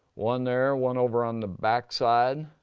one there, one over on the back side.